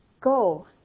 go